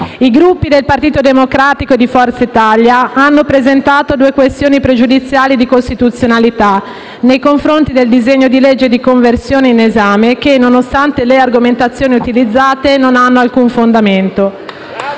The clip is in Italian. i Gruppi Partito Democratico e Forza Italia hanno presentato due questioni pregiudiziali di costituzionalità nei confronti del disegno di legge di conversione in esame, che, nonostante le argomentazioni utilizzate, non hanno alcun fondamento.